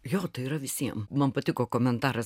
jo tai yra visiem man patiko komentaras